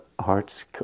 hearts